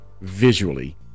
visually